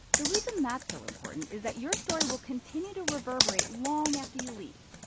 the reason that's so important is that your story will continue to reverberate long after you leave.